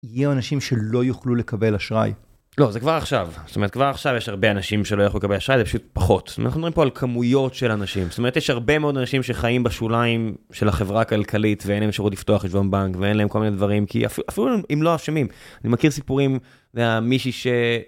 יהיו אנשים שלא יוכלו לקבל אשראי. -לא, זה כבר עכשיו. זאת אומרת, כבר עכשיו יש הרבה אנשים שלא יוכלו לקבל אשראי, זה פשוט פחות. אנחנו מדברים פה על כמויות של אנשים, זאת אומרת יש הרבה מאוד אנשים שחיים בשוליים של החברה הכלכלית ואין להם אפשרות לפתוח חשבון בנק, ואין להם כל מיני דברים כי אפילו, אפילו אם לא אשמים, אני מכיר סיפורים, אתה יודע, מישהי ש...